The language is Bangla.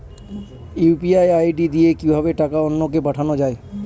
ইউ.পি.আই আই.ডি দিয়ে কিভাবে টাকা অন্য কে পাঠানো যায়?